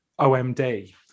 OMD